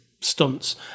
stunts